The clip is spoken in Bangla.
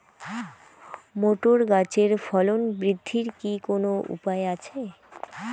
মোটর গাছের ফলন বৃদ্ধির কি কোনো উপায় আছে?